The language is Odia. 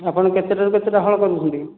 ଆପଣ କେତେଟା ରୁ କେତେଟା ହଳ କରୁଛନ୍ତି